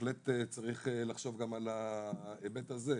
ובהחלט צריך לחשוב גם על ההיבט הזה.